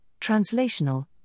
translational